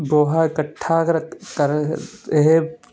ਗੋਹਾ ਇਕੱਠਾ ਕਰ ਕਰ ਇਹ